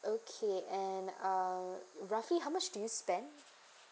okay and uh roughly how much do you spend